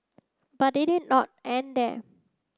but it did not end there